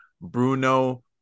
Bruno